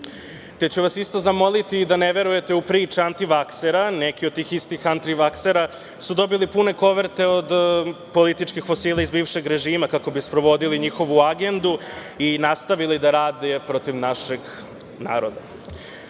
Te ću vas isto zamoliti da ne verujete u priče antivaksera. Neki od tih istih antivaksera su dobili pune koverte od političkih fosila iz bivšeg režima kako bi sprovodili njihovu agendu i nastavili da rade protiv našeg naroda.U